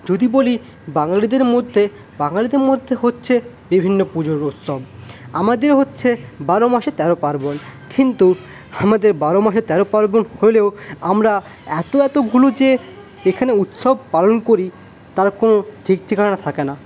যদি বলি বাঙালিদের মধ্যে বাঙালিদের মধ্যে হচ্ছে বিভিন্ন পুজোর উৎসব আমাদের হচ্ছে বারো মাসে তেরো পার্বণ কিন্তু আমাদের বারো মাসে তেরো পার্বণ হলেও আমরা এত এতগুলো যে এখানে উৎসব পালন করি তার কোনো ঠিক ঠিকানা থাকে না